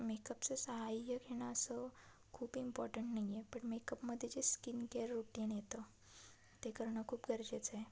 मेकअपचं साहाय्य घेणं असं खूप इम्पॉटंट नाही आहे पण मेकअपमध्ये जे स्किन केअर रुटीन येतं ते करणं खूप गरजेचं आहे